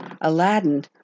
Aladdin